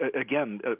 Again